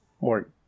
more